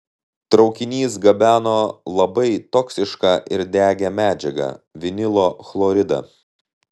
traukinys gabeno labai toksišką ir degią medžiagą vinilo chloridą